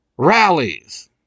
rallies